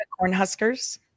Cornhuskers